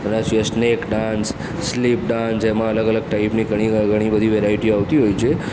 એના સિવાય snake dance sleep dance એમાં અલગ અલગ ટાઇપની ઘણીવાર ઘણી બધી વેરાઇટી આવતી હોય છે